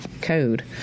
code